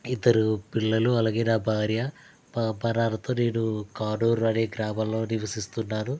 ఇద్దరు పిల్లలు అలాగే నా భార్య మా అమ్మా నాన్నతో నేను కానూర్ అనే గ్రామంలో నివసిస్తున్నాను